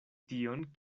tion